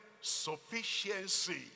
sufficiency